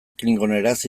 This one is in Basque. klingoneraz